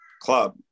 club